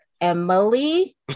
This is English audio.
Emily